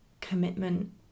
commitment